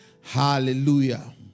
Hallelujah